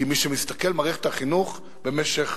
כי מי שמסתכל, מערכת החינוך במשך